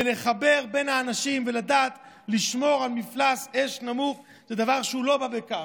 ולחבר בין האנשים ולדעת לשמור על מפלס אש נמוך זה לא דבר של מה בכך,